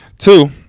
Two